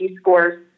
scores